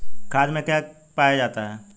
खाद में क्या पाया जाता है?